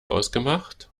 ausgemacht